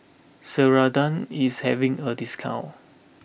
Ceradan is having a discount